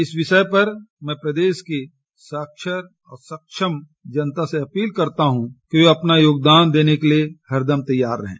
इस विषय पर मैं प्रदेश की साक्षर और सक्षम जनता से अपील करता हूं कि वे अपना योगदान देने के लिए हरदम तैयार रहें